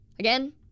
Again